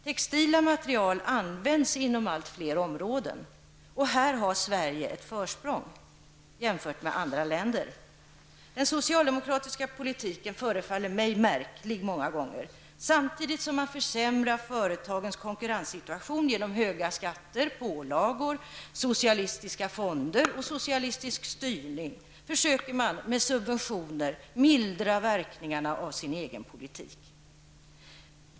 Textila material används inom allt fler områden, och här har Sverige ett försprång jämfört med andra länder. Den socialdemokratiska politiken förefaller mig många gånger märklig. Samtidigt som man försämrar företagens konkurrenssituation genom höga skatter, pålagor, socialistiska fonder och socialistisk styrning, försöker man med subventioner mildra verkningarna av sin egen politik.